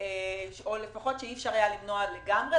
או לפחות שאי אפשר היה למנוע לגמרי,